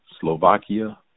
Slovakia